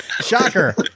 Shocker